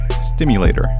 stimulator